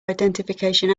identification